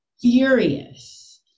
furious